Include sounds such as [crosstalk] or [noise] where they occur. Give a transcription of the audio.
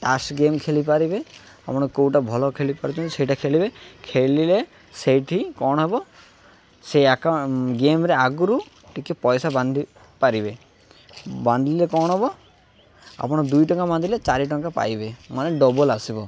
ତାସ୍ ଗେମ୍ ଖେଳିପାରିବେ ଆପଣ କେଉଁଟା ଭଲ ଖେଳି ପାରୁଛନ୍ତି ସେଇଟା ଖେଳିବେ ଖେଳିଲେ ସେଇଠି କ'ଣ ହବ ସେଇ [unintelligible] ଗେମ୍ରେ ଆଗରୁ ଟିକେ ପଇସା ବାନ୍ଧି ପାରିବେ ବାନ୍ଧିଲେ କ'ଣ ହବ ଆପଣ ଦୁଇ ଟଙ୍କା ବାନ୍ଧିଲେ ଚାରି ଟଙ୍କା ପାଇବେ ମାନେ ଡବଲ୍ ଆସିବ